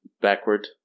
backward